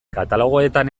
katalogoetan